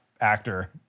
actor